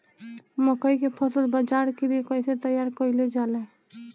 मकई के फसल बाजार के लिए कइसे तैयार कईले जाए?